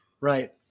Right